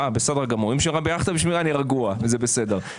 אה, בסדר גמור.